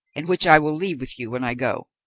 and which i will leave with you when i go.